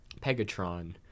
pegatron